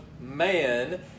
Man